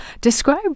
Describe